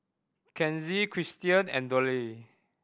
Kenzie Cristian and Dollye